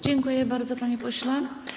Dziękuję bardzo, panie pośle.